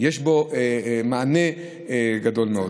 יש בו מענה גדול מאוד.